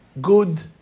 good